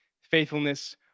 Faithfulness